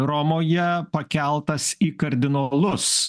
romoje pakeltas į kardinolus